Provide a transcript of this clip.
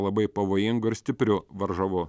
labai pavojinga ir stipriu varžovu